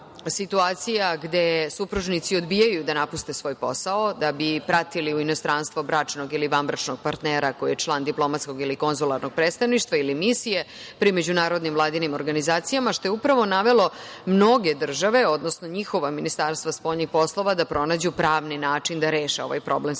situacija gde supružnici odbijaju da napuste svoj posao da bi pratili u inostranstvo bračnog ili vanbračnog partnera koji je član diplomatskog ili konzularnog predstavništva ili misije pri međunarodnim vladinim organizacijama, što je upravo navelo mnoge države, odnosno njihova ministarstva spoljnih poslova, da pronađu pravni način da reše ovaj problem svojih